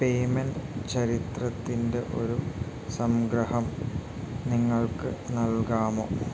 payment ചരിത്രത്തിൻ്റെ ഒരു സംഗ്രഹം നിങ്ങൾക്ക് നൽകാമോ